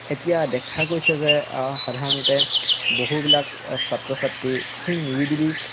এতিয়া দেখা গৈছে যে সাধাৰণতে বহুবিলাক ছাত্ৰ ছাত্ৰী সেই নিৰিবিলি